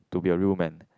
to be a real man